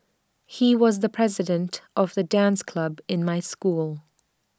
he was the president of the dance club in my school